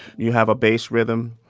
you have a bass rhythm.